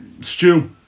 stew